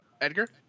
Edgar